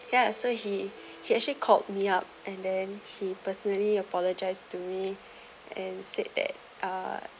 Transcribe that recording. ya so he he actually called me up and then he personally apologize to me and said that uh